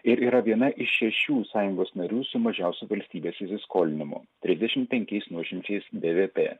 ir yra viena iš šešių sąjungos narių su mažiausiu valstybės įsiskolinimu trisdešim penkiais nuošimčiais bvp